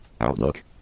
outlook